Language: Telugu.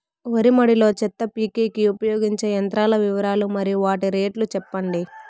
వరి మడి లో చెత్త పీకేకి ఉపయోగించే యంత్రాల వివరాలు మరియు వాటి రేట్లు చెప్పండి?